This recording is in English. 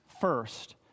First